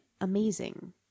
amazing